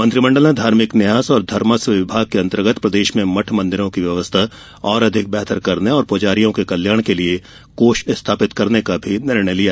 मंत्रिमंडल ने धार्मिक न्यास और धर्मस्व विभाग के अन्तर्गत प्रदेश में मठ मंदिरों की व्यवस्था और अधिक बेहतर करने और पुजारियों के कल्याण के लिये कोष स्थापित करने का निर्णय भी लिया